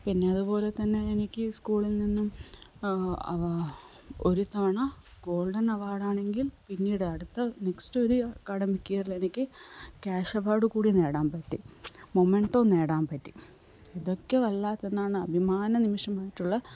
പിന്നെ അതു പോലെ തന്നെ എനിക്ക് സ്കൂളിൽ നിന്നും ഒരു തവണ ഗോൾഡൻ അവാർഡാണെങ്കിൽ പിന്നീട് അടുത്ത നെക്സ്റ്റ് ഒരു അക്കാദമിക് ഇയറിൽ എനിക്ക് ക്യാഷ് അവാർഡ് കൂടി നേടാന് പറ്റീ മുമൻറ്റോ നേടാൻ പറ്റി ഇതൊക്കെ വല്ലാത്ത എന്താണ് അഭിമാന നിമിഷമായിട്ടുള്ള